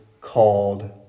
called